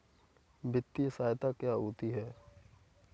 वित्तीय सहायता क्या होती है?